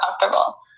comfortable